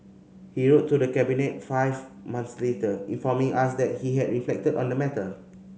he wrote to the Cabinet five months later informing us that he had reflected on the matter